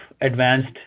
advanced